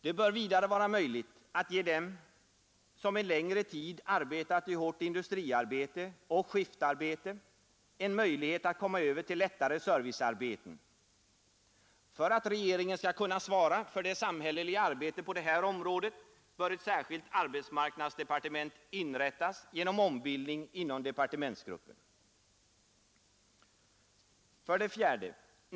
Det bör vidare vara möjligt att ge dem som en längre tid arbetat i hårt industriarbete och skiftarbete en möjlighet att komma över till lättare servicearbete. För att regeringen bättre skall kunna svara för det samhälleliga arbetet på det här området bör ett särskilt arbetsmarknadsdepartement inrättas genom ombildning inom departementsgruppen. 4.